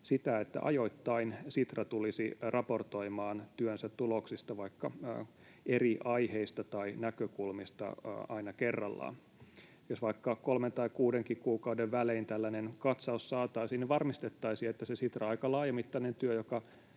sitä, että ajoittain Sitra tulisi raportoimaan työnsä tuloksista, vaikka eri aiheista tai näkökulmista aina kerrallaan. Jos vaikka kolmen tai kuudenkin kuukauden välein tällainen katsaus saataisiin, niin varmistettaisiin, että se Sitran aika laajamittainen työ,